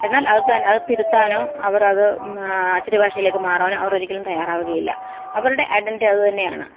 എന്നാല് അത് തന് അത് തിരുത്താനോ അവരത് അച്ചടിഭാഷയിലേക്ക് മാറാനോ അവറൊരിക്കലും തയ്യാറാവുകയില്ല അവരുടെ ഐഡെന്റി അത് തന്നെയാണ്